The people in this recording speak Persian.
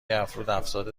افزودافراد